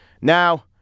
Now